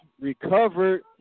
recovered